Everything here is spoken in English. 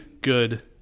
good